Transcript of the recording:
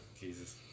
Jesus